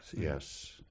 Yes